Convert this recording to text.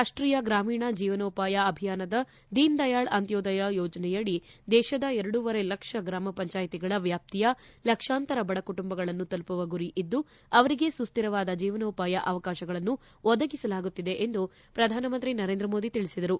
ರಾಷ್ಲೀಯ ಗ್ರಾಮೀಣ ಜೀವನೋಪಾಯ ಅಭಿಯಾನದ ದೀನ್ ದಯಾಳ್ ಅಂತ್ಯೋದಯ ಯೋಜನೆಯಡಿ ದೇಶದ ಎರಡೂವರೆ ಲಕ್ಷ ಗ್ರಾಮ ಪಂಚಾಯಿತಿಗಳ ವ್ಯಾಪ್ತಿಯ ಲಕ್ಷಾಂತರ ಬಡ ಕುಟುಂಬಗಳನ್ನು ತಲುಪುವ ಗುರಿ ಇದ್ದು ಅವರಿಗೆ ಸುಶ್ಲಿರವಾದ ಜೀವನೋಪಾಯ ಅವಕಾಶಗಳನ್ನು ಒದಗಿಸಲಾಗುತ್ತಿದೆ ಎಂದು ಪ್ರಧಾನಮಂತ್ರಿ ನರೇಂದ್ರ ಮೋದಿ ತಿಳಿಸಿದರು